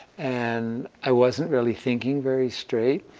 and i wasn't really thinking very straight.